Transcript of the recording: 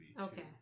Okay